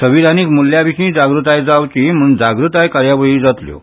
संविधानीक मुल्यां विशीं जागृताय जावची म्हणून जागृताय कार्यावळीय जातल्यो